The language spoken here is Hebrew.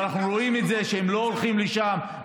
אבל אנחנו רואים שהם לא הולכים לשם,